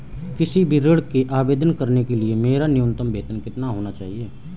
किसी भी ऋण के आवेदन करने के लिए मेरा न्यूनतम वेतन कितना होना चाहिए?